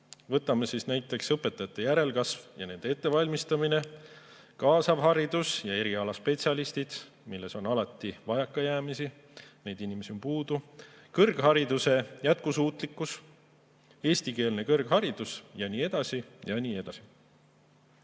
südamelähedased. Näiteks õpetajate järelkasv ja nende ettevalmistamine, kaasav haridus ja erialaspetsialistid, milles on alati vajakajäämisi, neid inimesi on puudu, samuti kõrghariduse jätkusuutlikkus, eestikeelne kõrgharidus ja nii edasi ja nii edasi. Mõned